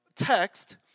text